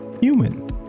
human